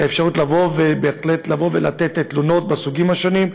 בהחלט להגיש תלונות מסוגים שונים,